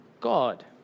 God